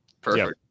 Perfect